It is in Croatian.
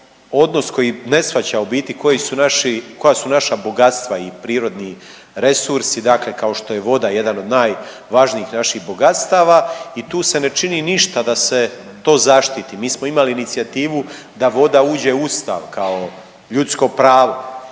odnos koji ne shvaća u biti koji su naši, koja su naša bogatstva i prirodni resursi, dakle kao što je voda jedan od najvažnijih naših bogatstava i tu se ne čini ništa da se to zaštiti. Mi smo imali inicijativu da voda uže u Ustav kao ljudsko pravo.